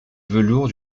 velours